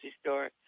store